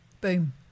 Boom